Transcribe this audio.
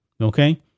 okay